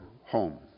home